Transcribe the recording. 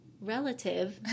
relative